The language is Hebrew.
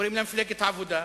קוראים לה מפלגת העבודה.